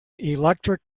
electric